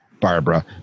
Barbara